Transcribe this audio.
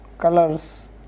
Colors